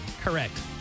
Correct